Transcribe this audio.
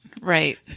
Right